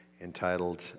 entitled